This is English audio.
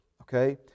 okay